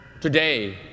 today